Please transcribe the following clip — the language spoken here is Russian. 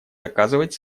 доказывать